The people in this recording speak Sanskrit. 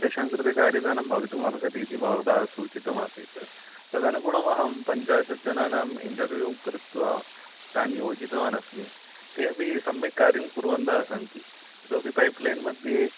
तेषां कृते कार्यदानं भवितुमर्हति इति भवता सूचितमासीत् तदनुगुणम् अहं पञ्चाशत् जनानां इण्टर्व्यू कृत्वा तान् योजितवानस्मि ते अपि सम्यक् कार्यं कुर्वन्तः सन्ति इतोपि पैप्लैन् मध्ये